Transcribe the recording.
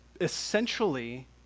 essentially